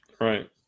right